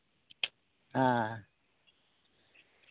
ᱦᱮᱸ